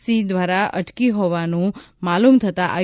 C દ્વારા અટકી હોવાનું માલુમ થતાં આઈ